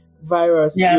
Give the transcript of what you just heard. virus